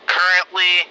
Currently